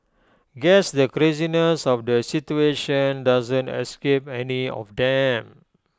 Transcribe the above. guess the craziness of the situation doesn't escape any of them